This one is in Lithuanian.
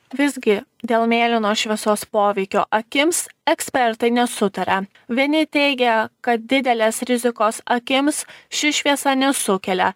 visgi dėl mėlynos šviesos poveikio akims ekspertai nesutaria vieni teigia kad didelės rizikos akims ši šviesa nesukelia